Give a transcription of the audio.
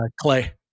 clay